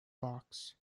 box